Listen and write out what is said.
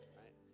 right